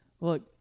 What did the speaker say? Look